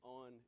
on